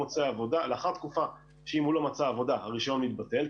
לאחר תקופה אם הוא לא מוצא עבודה הרישיון מתבטל,